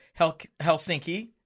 Helsinki